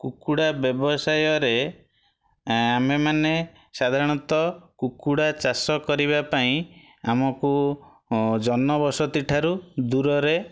କୁକୁଡ଼ା ବ୍ୟବସାୟରେ ଆମେମାନେ ସାଧାରଣତଃ କୁକୁଡ଼ା ଚାଷ କରିବା ପାଇଁ ଆମକୁ ଜନବସତି ଠାରୁ ଦୂରରେ